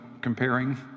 comparing